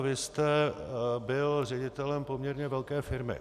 Vy jste byl ředitelem poměrně velké firmy.